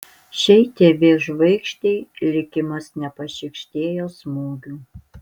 šiai tv žvaigždei likimas nepašykštėjo smūgių